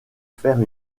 faire